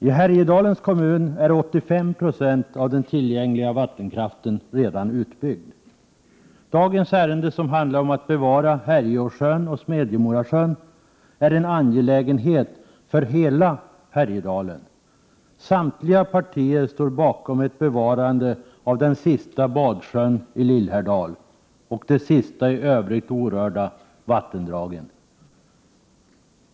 I Härjedalens kommun är 85 96 av den tillgängliga vattenkraften redan utbyggd. Dagens ärende som handlar om att bevara Härjeåsjön och Smedjemorasjön är en angelägenhet för hela Härjedalen. Samtliga partier står bakom ett bevarande av den sista badsjön i Lillhärdal och de sista i övrigt orörda vattendragen.